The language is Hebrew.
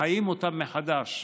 מחיים אותם מחדש.